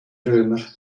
römer